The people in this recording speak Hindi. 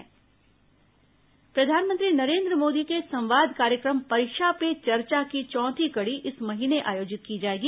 परीक्षा पे चर्चा प्रधानमंत्री नरेन्द्र मोदी के संवाद कार्यक्रम परीक्षा पे चर्चा की चौथी कड़ी इस महीने आयोजित की जाएगी